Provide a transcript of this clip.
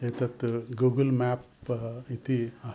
एतत् Google map इति अहं